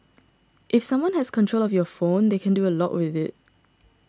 if someone has control of your phone they can do a lot with it